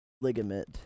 ligament